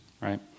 right